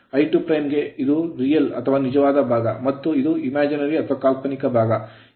I2ಗೆ ಇದು real ನಿಜವಾದ ಭಾಗ ಮತ್ತು ಇದು imajinary ಕಾಲ್ಪನಿಕ ಭಾಗವಾಗಿದೆ